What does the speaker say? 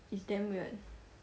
it's damn weird